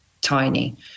tiny